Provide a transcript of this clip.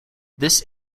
this